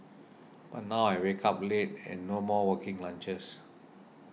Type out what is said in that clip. but now I wake up late and no more working lunches